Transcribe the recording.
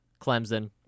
Clemson